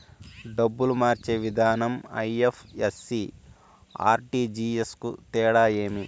డబ్బులు మార్చే విధానం ఐ.ఎఫ్.ఎస్.సి, ఆర్.టి.జి.ఎస్ కు తేడా ఏమి?